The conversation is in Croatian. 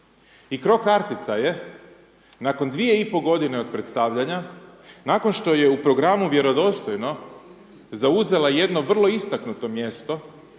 I cro kartica je nakon dvije i pol godine od predstavljanja, nakon što je u programu vjerodostojno zauzela jedno vrlo istaknuto mjesto